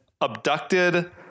abducted